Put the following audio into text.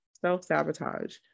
self-sabotage